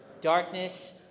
darkness